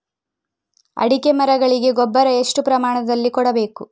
ಅಡಿಕೆ ಮರಗಳಿಗೆ ಗೊಬ್ಬರ ಎಷ್ಟು ಪ್ರಮಾಣದಲ್ಲಿ ಕೊಡಬೇಕು?